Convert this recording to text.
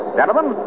Gentlemen